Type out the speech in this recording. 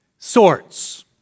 Sorts